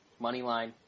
Moneyline